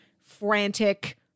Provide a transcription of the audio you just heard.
frantic